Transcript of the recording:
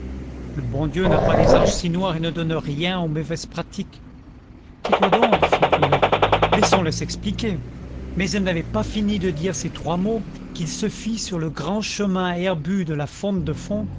le bon dieu n'a pas des anges si noirs et ne donne rien aux mauvaises pratiques tais-toi donc fit brulette laissons-le s'expliquer mais elle n'avait pas fini de dire ces trois mots qu'il se fit sur le grand chemin herbu de la font de fond